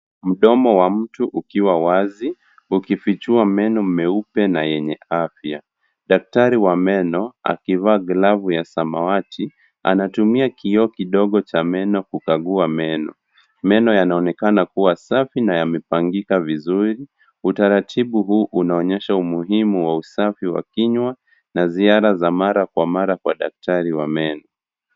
Mdomo wa mtu ukiwa wazi ukifichua meno meupe na yenye afya. Daktari wa meno akivaa glavu ya samawati anatumia kioo kidogo cha meno kukagua meno. Meno yanaonekana kuwa safi na yamepangika vizuri. Utaratibu huu unaonyesha umuhimu wa usafi wa kinywa na ziara za mara kwa mara kwa daktari wa meno.